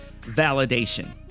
validation